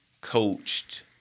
coached